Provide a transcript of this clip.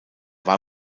war